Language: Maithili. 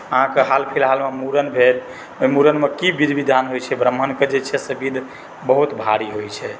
अहाँके हालफिलहालमे मुड़न भेल ओ मुड़नमे की विध विधान होइ छै ब्राम्हणकेँ जे छै से विध बहुत भारी होइ छै